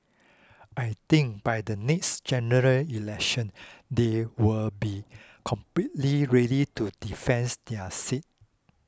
I think by the next General Election they will be completely ready to defence their seats